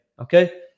Okay